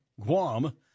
Guam